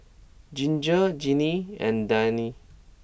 Ginger Jeannie and Diann